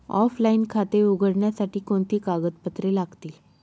Offline खाते उघडण्यासाठी कोणती कागदपत्रे लागतील?